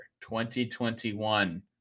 2021